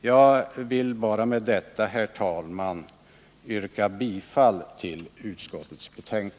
Jag vill med detta, herr talman, yrka bifall till utskottets hemställan.